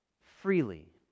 freely